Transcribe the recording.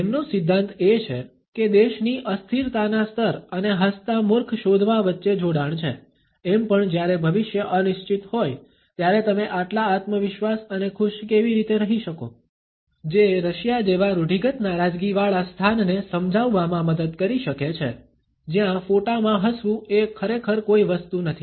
તેમનો સિદ્ધાંત એ છે કે દેશની અસ્થિરતાના સ્તર અને હસતાં મૂર્ખ શોધવા વચ્ચે જોડાણ છે એમ પણ જ્યારે ભવિષ્ય અનિશ્ચિત હોય ત્યારે તમે આટલા આત્મવિશ્વાસ અને ખુશ કેવી રીતે રહી શકો જે રશિયા જેવા રૂઢિગત નારાજગી વાળા સ્થાનને સમજાવવામાં મદદ કરી શકે છે જ્યાં ફોટામાં હસવું એ ખરેખર કોઈ વસ્તુ નથી